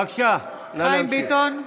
בבקשה, נא להמשיך.